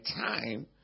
time